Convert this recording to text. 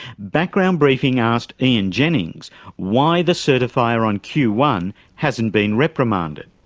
background briefing asked ian jennings why the certifier on q one hasn't been reprimanded.